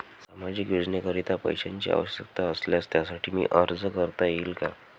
सामाजिक योजनेकरीता पैशांची आवश्यकता असल्यास त्यासाठी मला अर्ज करता येईल का?